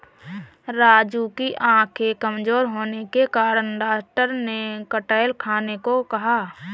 राजू की आंखें कमजोर होने के कारण डॉक्टर ने कटहल खाने को कहा